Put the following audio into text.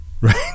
Right